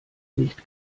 nicht